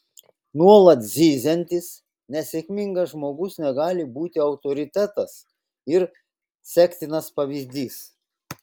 nuolat zyziantis nesėkmingas žmogus negali būti autoritetas ir sektinas pavyzdys